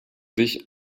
sich